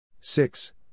six